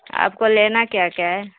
آپ کو لینا کیا کیا ہے